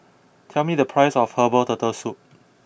Tell me the price of Herbal Turtle Soup